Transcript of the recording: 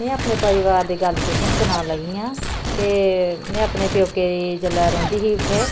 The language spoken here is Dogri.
में अपने परोआर दी गल्ल तुसें ई सनान लग्गी आं के में अपने प्योके दी जेल्लै रौंह्दी ही उत्थै